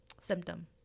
symptom